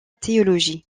théologie